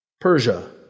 Persia